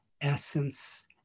essence